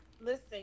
listen